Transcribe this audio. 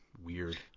weird